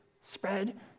spread